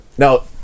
Now